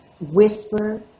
whisper